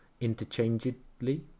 Interchangeably